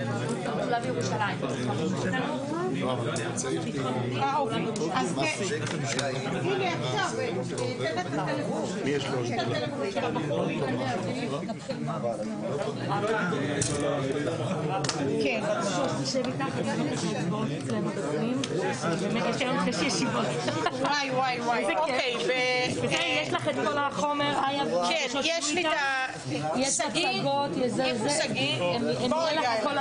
10:50.